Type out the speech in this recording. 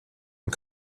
und